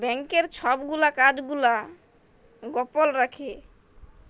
ব্যাংকের ছব গুলা কাজ গুলা গপল রাখ্যে